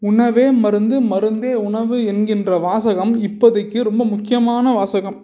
உணவே மருந்து மருந்தே உணவு என்கின்ற வாசகம் இப்போதைக்கு ரொம்ப முக்கியமான வாசகம்